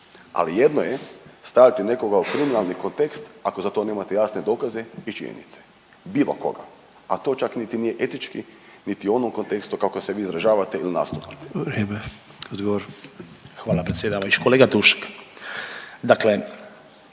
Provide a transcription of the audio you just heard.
Ali jedno je staviti nekoga u kriminalni kontekst ako za to nemate jasne dokaze i činjenice. Bilo koga, a to čak nije niti etički niti u onom kontekstu kako se vi izražavate ili nastupate. **Sanader, Ante